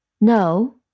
No